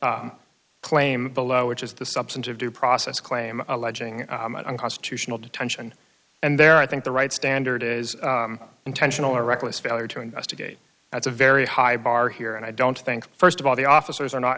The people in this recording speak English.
d claim below which is the substantive due process claim alleging unconstitutional detention and there i think the right standard is intentional or reckless failure to investigate that's a very high bar here and i don't think st of all the officers are not